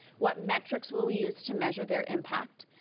what metrics will we use to measure their impact,